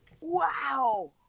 Wow